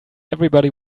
everybody